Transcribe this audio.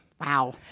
Wow